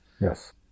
Yes